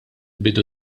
bidu